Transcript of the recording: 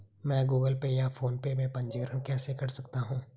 मैं Google Pay या PhonePe में पंजीकरण कैसे कर सकता हूँ?